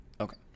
Okay